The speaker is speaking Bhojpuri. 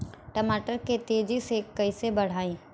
टमाटर के तेजी से कइसे बढ़ाई?